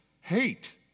hate